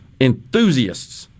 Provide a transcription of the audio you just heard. enthusiasts